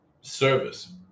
service